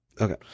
Okay